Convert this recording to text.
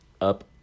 up